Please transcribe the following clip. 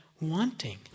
wanting